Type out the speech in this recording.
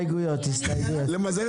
למזער